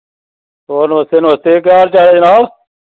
होर नमस्ते नमस्ते केह् हाल चाल ऐ जनाब